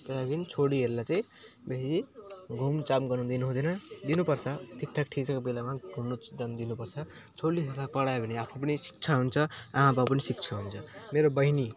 तब पनि छोरीहरूलाई चाहिँ बेसी घुमघाम गर्नु दिनुहुँदैन दिनुपर्छ ठिकठाक ठिकठाक बेलामा घुम्नु चाहिँ जान दिनुपर्छ छोरीहरूलाई पढायो भने आफू पनि शिक्षा हुन्छ आमाबाउ पनि शिक्षा हुन्छ मेरो बहिनी